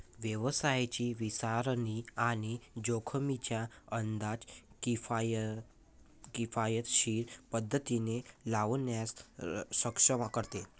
व्यवसायाची विचारसरणी आणि जोखमींचा अंदाज किफायतशीर पद्धतीने लावण्यास सक्षम करते